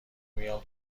میام